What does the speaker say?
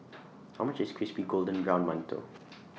How much IS Crispy Golden Brown mantou